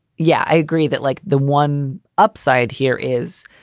yeah, i agree that, like the one upside here is,